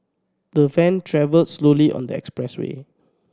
the van travelled slowly on the expressway